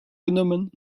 genommen